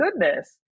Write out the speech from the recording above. goodness